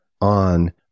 on